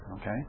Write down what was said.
Okay